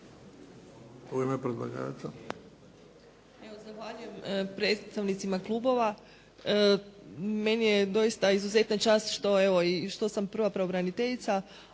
**Slonjšak, Anka** Zahvaljujem predstavnicima klubovima. Meni je doista izuzetna čast što sam prva pravobraniteljica